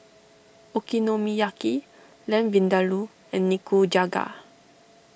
Okonomiyaki Lamb Vindaloo and Nikujaga